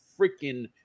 freaking